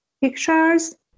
pictures